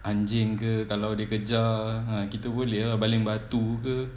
anjing ke kalau dia kejar ah kita boleh ah baling batu ke